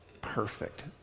perfect